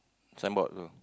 signboard you know